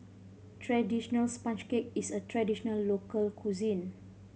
traditional sponge cake is a traditional local cuisine